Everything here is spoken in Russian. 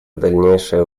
дальнейшее